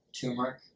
Turmeric